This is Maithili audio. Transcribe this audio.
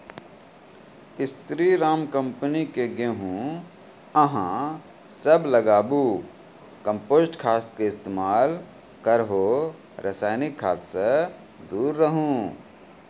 स्री राम कम्पनी के गेहूँ अहाँ सब लगाबु कम्पोस्ट खाद के इस्तेमाल करहो रासायनिक खाद से दूर रहूँ?